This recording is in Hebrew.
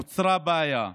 נוצרה בעיה.